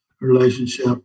relationship